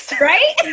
right